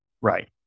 Right